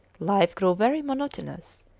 life grew very monotonous,